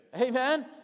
Amen